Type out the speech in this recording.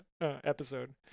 episode